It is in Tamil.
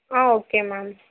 ah okay ma'am